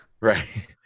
Right